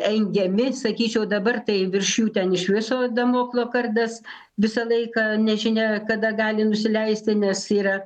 engiami sakyčiau dabar tai virš jų ten iš viso damoklo kardas visą laiką nežinia kada gali nusileisti nes yra